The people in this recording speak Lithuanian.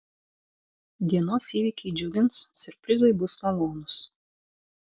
dienos įvykiai džiugins siurprizai bus malonūs